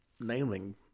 nailing